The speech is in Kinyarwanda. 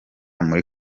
muri